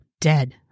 dead